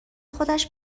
خودش